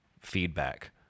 feedback